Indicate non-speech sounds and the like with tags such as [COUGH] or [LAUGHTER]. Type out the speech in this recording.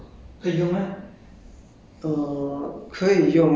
uh if you ha~ [COUGHS] [COUGHS] if you have then you have loh